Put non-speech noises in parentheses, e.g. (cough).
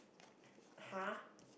(breath) !huh!